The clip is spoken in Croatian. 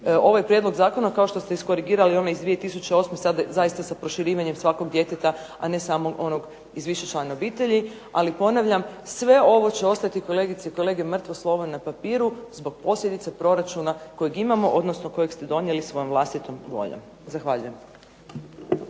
ovaj prijedlog zakona kao što ste iskorigirali onaj iz 2008. sad zaista sa proširivanjem svakog djeteta a ne samo onog iz višečlane obitelji. Ali ponavljam sve ovo će ostati kolegice i kolege mrtvo slovo na papiru, zbog posljedica proračuna kojeg imamo, odnosno kojeg ste donijeli svojom vlastitom voljom. Zahvaljujem.